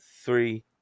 three